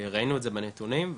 ראינו את זה בנתונים,